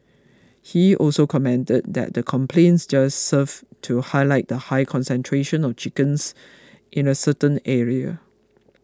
he also commented that the complaints just served to highlight the high concentration of chickens in a certain area